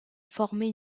former